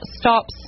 stops